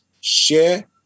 share